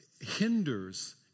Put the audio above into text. hinders